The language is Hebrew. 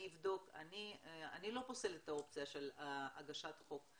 אני לא פוסלת את האופציה של הגשת חוק,